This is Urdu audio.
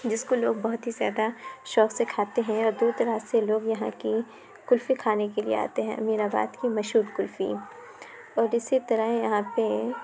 جس کو لوگ بہت ہی زیادہ شوق سے کھاتے ہیں اور دور دراز سے لوگ یہاں کی کُلفی کھانے کے لیے آتے ہیں امین آباد کی مشہور کُلفی اور اِسی طرح یہاں پہ